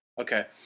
Okay